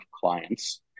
clients